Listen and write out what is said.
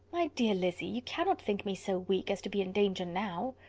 my dear lizzy, you cannot think me so weak, as to be in danger now?